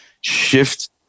shift